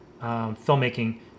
filmmaking